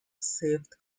saved